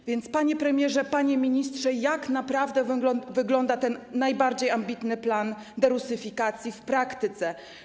A więc, panie premierze, panie ministrze, jak naprawdę wygląda ten najbardziej ambitny plan derusyfikacji w praktyce?